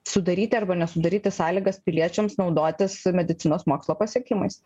sudaryti arba nesudaryti sąlygas piliečiams naudotis medicinos mokslo pasiekimais